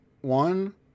One